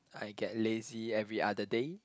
I get lazy every other day